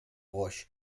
gauge